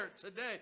today